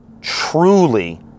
truly